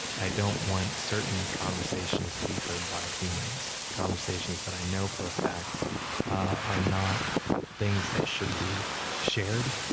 i don't want certain conversations to be heard by humans, conversations that i know for a fact are not things that should not be shared,